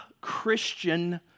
Christian